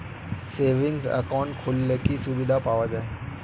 Savings account খুললে কি সুবিধা পাওয়া যায়?